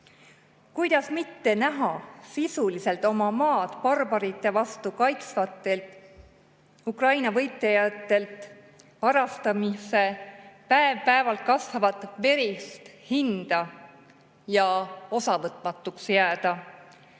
Kuidas mitte näha sisuliselt oma maad barbarite vastu kaitsvatelt Ukraina võitlejatelt varastamise päev-päevalt kasvavat verist hinda – ja osavõtmatuks jääda?